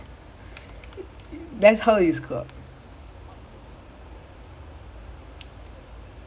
I think ah I guess because he dude he's not in the way he moves to attract attention sometimes it's like